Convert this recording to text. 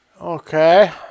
Okay